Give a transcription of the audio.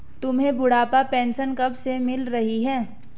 तुम्हें बुढ़ापा पेंशन कब से मिल रही है?